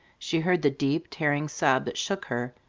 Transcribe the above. she heard the deep, tearing sob that shook her,